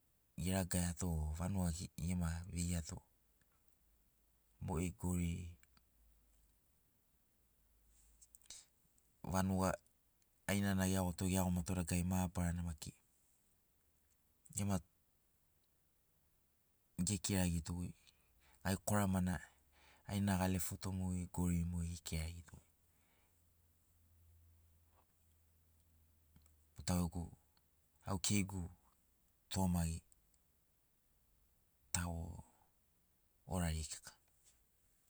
Eragaiato vanugai gema veiato mogeri gori vanuga ainana eagoto eagomato dagarari mabarana maki ema ekiraritogoi gai korama gaina alefoto mogeri gori mo ekirarito tau gegu au keigu gegu tugamagi.